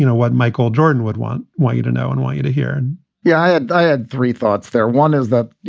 you know what michael jordan would want want you to know and want you to hear yeah. i and i had three thoughts there, one is that, you